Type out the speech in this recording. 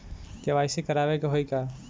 KYC करावे के होई का?